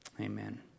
Amen